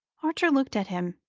archer looked at him,